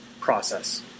process